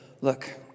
look